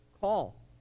call